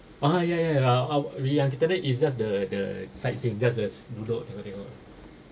ah ya ya ah ah we are kita punya is just the the sightseeing just the s~ duduk-duduk tengok-tengok